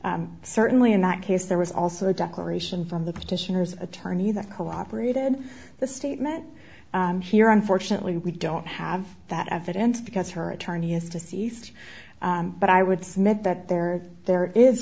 declaration certainly in that case there was also a declaration from the petitioners attorney that cooperated the statement here unfortunately we don't have that evidence because her attorney is deceased but i would submit that there are there is